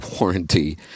warranty